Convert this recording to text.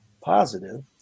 positive